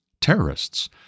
terrorists